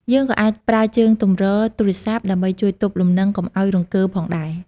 យើងក៏អាចប្រើជើងទម្រទូរស័ព្ទដើម្បីជួយទប់លំនឹងកុំឲ្យរង្គើផងដែរ។